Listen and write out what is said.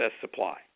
supply